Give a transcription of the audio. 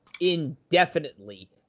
indefinitely